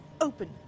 open